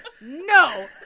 no